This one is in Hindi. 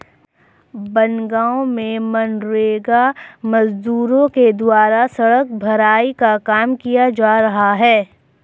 बनगाँव में मनरेगा मजदूरों के द्वारा सड़क भराई का काम किया जा रहा है